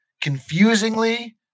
confusingly